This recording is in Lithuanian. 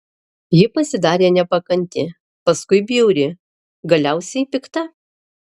ji pasidarė nepakanti paskui bjauri galiausiai pikta